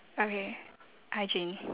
okay hi jean